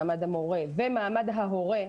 מעמד המורה ומעמד ההורה,